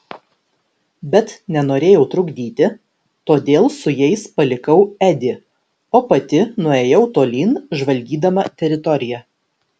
bet nenorėjau trukdyti todėl su jais palikau edį o pati nuėjau tolyn žvalgydama teritoriją